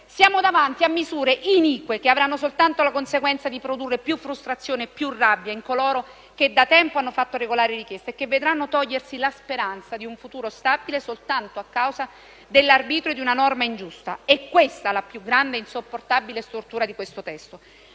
Siamo davanti a misure inique, che avranno soltanto la conseguenza di produrre più frustrazione e più rabbia in coloro che da tempo hanno fatto regolare richiesta e che vedranno togliersi la speranza di un futuro stabile soltanto a causa dell'arbitrio di una norma ingiusta. È questa la più grande e insopportabile stortura di questo testo: